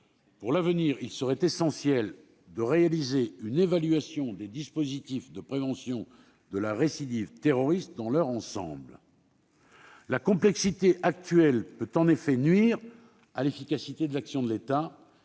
Pour l'avenir, il serait essentiel de réaliser une évaluation des dispositifs de prévention de la récidive terroriste dans leur ensemble. La complexité actuelle peut en effet nuire à l'efficacité de l'action de l'État.